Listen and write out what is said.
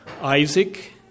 Isaac